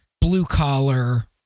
blue-collar